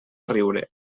riure